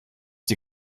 die